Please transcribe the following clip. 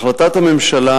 החלטת הממשלה